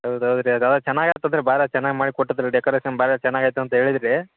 ಹೌದು ಹೌದ್ರಿ ಅದು ಚೆನ್ನಾಗಿ ಆತು ಅಂದರೆ ಭಾಳ ಚೆನ್ನಾಗಿ ಮಾಡಿ ಕೊಟ್ಟದ್ರಿ ಡೆಕೋರೇಷನ್ ಭಾಳ ಚೆನ್ನಾಗಿ ಆಯ್ತು ಅಂತ ಹೇಳಿದ್ರಿ